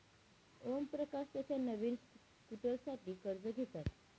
ओमप्रकाश त्याच्या नवीन स्कूटरसाठी कर्ज घेतात